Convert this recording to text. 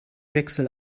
wechsel